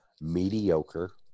mediocre